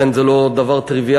ולכן זה לא דבר טריוויאלי.